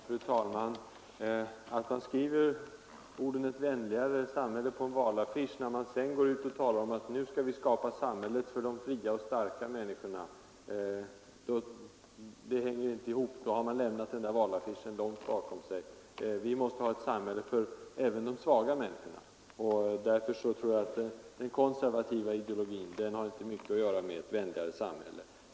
Fru talman! Att först skriva orden Ett vänligare samhälle på en valaffisch och sedan gå ut och tala om att man skall skapa ett samhälle för de fria och starka människorna går inte ihop. Då har man lämnat valaffischen långt bakom sig. Vi måste ha ett samhälle även för de svaga människorna, och därför tror jag inte att den konservativa ideologin har mycket att göra med ett vänligare samhälle.